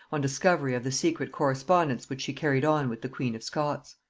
on discovery of the secret correspondence which she carried on with the queen of scots.